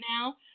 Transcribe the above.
now